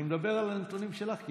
אני מדבר על הנתונים שלך, כי